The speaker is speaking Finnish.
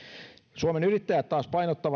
suomen yrittäjät taas painottaa